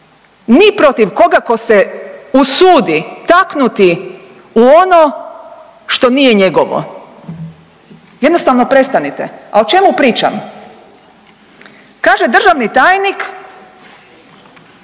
ni protiv koga tko se usudi taknuti u ono što nije njegovo. Jednostavno prestanite, a o čemu pričam? Kaže državni tajnik